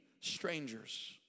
strangers